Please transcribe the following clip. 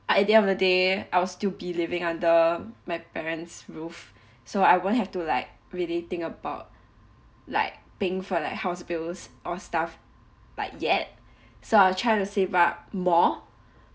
I at the end of the day I'll still be living under my parents' roof so I won't have to like really think about like paying for like house bills or stuff but yet so I'll try to save up more